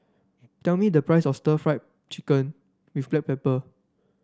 tell me the price of Stir Fried Chicken with Black Pepper